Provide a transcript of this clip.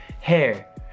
hair